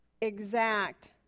Exact